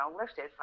lifted